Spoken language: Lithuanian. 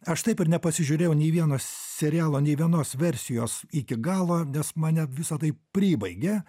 aš taip ir nepasižiūrėjau nei vieno serialo nei vienos versijos iki galo nes mane visa tai pribaigė